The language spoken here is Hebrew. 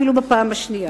אפילו בפעם השנייה.